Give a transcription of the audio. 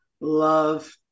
love